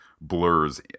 blurs